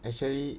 actually